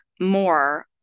more